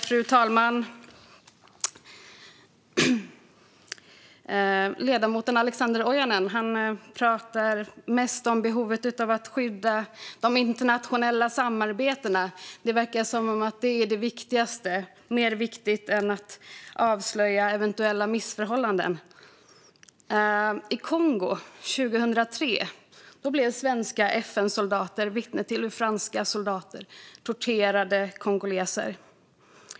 Fru talman! Ledamoten Alexander Ojanne pratar mest om behovet av att skydda de internationella samarbetena. Det verkar som att det är det viktigaste, mer viktigt än att avslöja eventuella missförhållanden. I Kongo 2003 blev svenska FN-soldater vittnen till hur franska soldater torterade kongoleser.